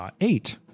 Eight